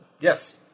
Yes